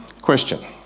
question